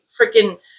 freaking